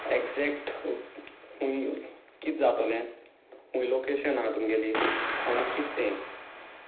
exact खंय कितें जातोलें खंय लोकेशन आसा तुमगेली आनी कितें तें